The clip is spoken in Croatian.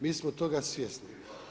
Mi smo toga svjesni.